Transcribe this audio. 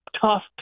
tough